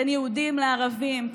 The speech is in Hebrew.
בין יהודים לערבים,